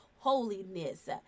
holiness